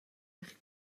eich